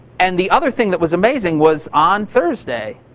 and the other thing that was amazing was on thursday.